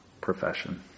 profession